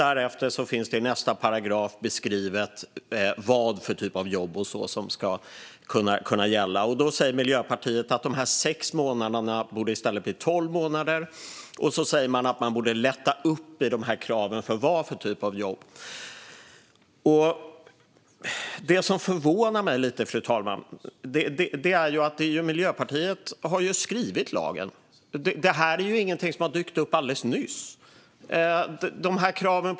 I nästa paragraf finns beskrivet vilken typ av jobb det kan gälla. Nu säger Miljöpartiet att de sex månaderna i stället borde bli tolv och att man borde lätta upp kraven på vilken typ av jobb det gäller. Fru talman! Det som förvånar mig lite är att Miljöpartiet ju har varit med och skrivit lagen. Det här är ingenting som har dykt upp alldeles nyss.